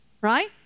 right